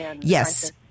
Yes